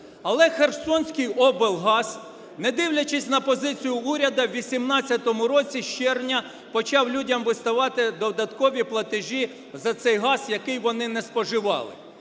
Але Херсонський облгаз, не дивлячись на позицію уряду, в 2018 році з червня почав людям виставляти додаткові платежі за цей газ, який вони не споживали.